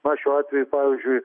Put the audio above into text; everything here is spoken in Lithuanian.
na šiuo atveju pavyzdžiui